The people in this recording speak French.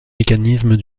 mécanismes